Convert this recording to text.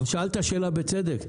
אבל שאלת שאלה בצדק,